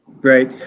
Great